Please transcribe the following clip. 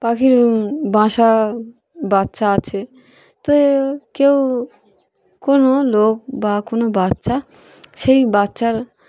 পাখির বাসা বাচ্চা আছে তো কেউ কোনো লোক বা কোনো বাচ্চা সেই বাচ্চার